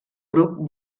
bruc